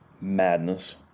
madness